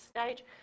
stage